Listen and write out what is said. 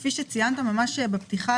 כפי שציינת בפתיחה,